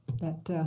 that